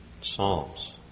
psalms